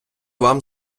вам